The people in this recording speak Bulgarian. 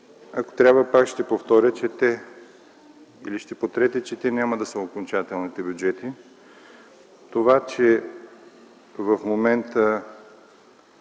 Ако трябва пак ще повторя или ще потретя, че те няма да са окончателните бюджети. Това, че в момента